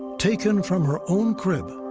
taken from her own crib.